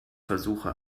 versuche